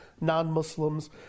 non-Muslims